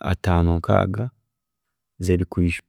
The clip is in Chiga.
ataano ninga nkaaga zebikwiijo.